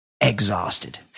exhausted